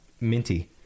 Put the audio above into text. minty